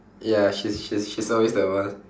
ya she's she's she's always the one